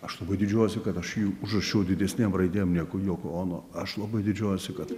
aš labai didžiuojuosi kad aš jį užrašiau didesnėm raidėm negu joko ono aš labai didžiuojuosi kad